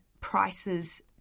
prices